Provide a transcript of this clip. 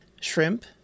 shrimp